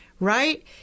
right